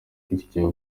iryo